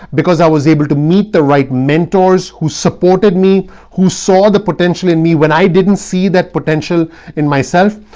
because i was able to meet the right mentors who supported me, who saw the potential in me when i didn't see that potential in myself.